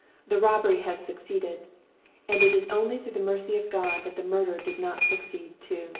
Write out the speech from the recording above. the robbery has succeeded and it is only through the mercy of god that the murder did not succeed too.